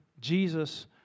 Jesus